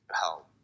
help